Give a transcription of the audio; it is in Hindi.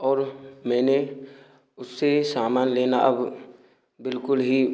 और मैंने उससे सामान लेना अब बिल्कुल ही